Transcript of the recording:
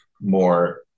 more